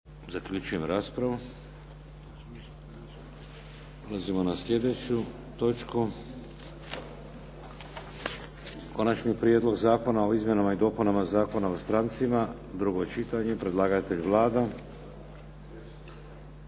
(HDZ)** Prelazimo na sljedeću točku. - Konačni prijedlog zakona o izmjenama i dopunama Zakona o strancima, drugo čitanje Predlagatelj Vlada.